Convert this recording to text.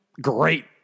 great